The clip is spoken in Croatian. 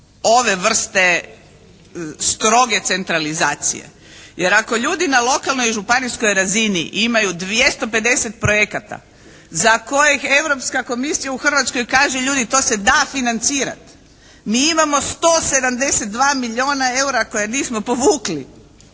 ove vrste stroge centralizacije. Jer ako ljudi na lokalnoj i županijskoj razini imaju 250 projekata za kojeg europska komisija u Hrvatskoj kaže ljudi to se da financirati, mi imamo 172 milijuna eura koje nismo povukli